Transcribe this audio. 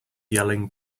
yelling